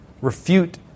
Refute